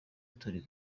turi